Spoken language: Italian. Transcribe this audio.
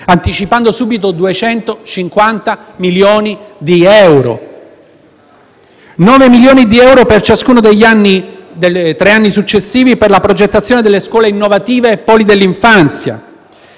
anticipando subito 250 milioni di euro. Si stanziano 9 milioni di euro per ciascuno dei tre anni successivi per la progettazione delle scuole innovative e dei poli dell’infanzia.